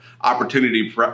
opportunity